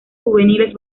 juveniles